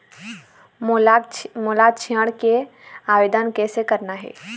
मोला ऋण के आवेदन कैसे करना हे?